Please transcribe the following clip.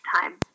time